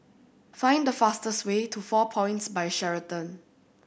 find the fastest way to Four Points By Sheraton